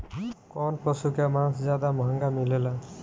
कौन पशु के मांस ज्यादा महंगा मिलेला?